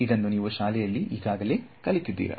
ಇದನ್ನು ನೀವು ಶಾಲೆಯಲ್ಲಿ ಕಲಿತಿದ್ದೀರಿ